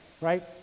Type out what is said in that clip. right